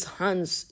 hands